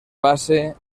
base